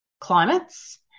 climates